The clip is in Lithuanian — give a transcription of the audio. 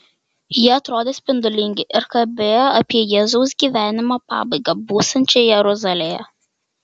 jie atrodė spindulingi ir kalbėjo apie jėzaus gyvenimo pabaigą būsiančią jeruzalėje